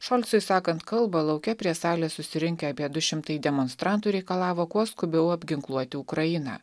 šolcui sakant kalbą lauke prie salės susirinkę apie du šimtai demonstrantų reikalavo kuo skubiau apginkluoti ukrainą